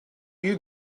you